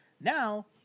Now